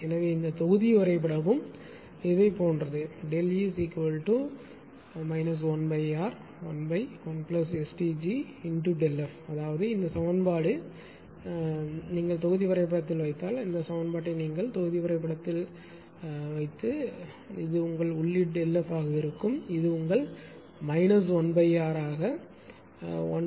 எனவே இந்தத் தொகுதி வரைபடமும் இதைப் போன்றது E 1R11STgΔF அதாவது இந்த சமன்பாடு இந்த சமன்பாட்டை நீங்கள் தொகுதி வரைபடத்தில் வைத்தால் இந்த சமன்பாட்டை நீங்கள் தொகுதி வரைபட வடிவத்தில் வைத்தால் இது உங்கள் உள்ளீடு ΔF ஆக இருக்கும் இது உங்கள் 1R ஆக 11STg